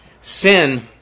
sin